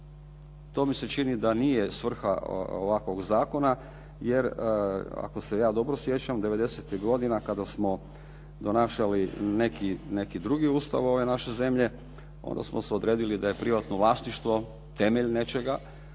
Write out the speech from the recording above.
To mi se čini da nije svrha ovakvog zakona, jer ako se ja dobro sjećam '90.-ih godina kada smo donašali neki drugi Ustav ove naše zemlje, onda smo se odredili da je privatno vlasništvo temelj nečega,